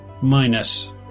...minus